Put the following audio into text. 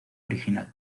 original